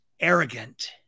arrogant